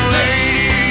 lady